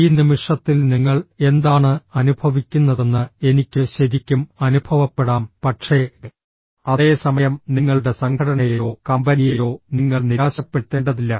ഈ നിമിഷത്തിൽ നിങ്ങൾ എന്താണ് അനുഭവിക്കുന്നതെന്ന് എനിക്ക് ശരിക്കും അനുഭവപ്പെടാം പക്ഷേ അതേ സമയം നിങ്ങളുടെ സംഘടനയെയോ കമ്പനിയെയോ നിങ്ങൾ നിരാശപ്പെടുത്തേണ്ടതില്ല